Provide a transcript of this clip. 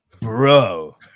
Bro